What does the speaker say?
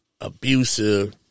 abusive